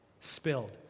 spilled